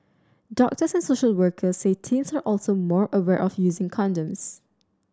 doctors and social workers say teens are also more aware of using condoms